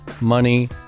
money